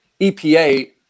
EPA